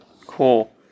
Cool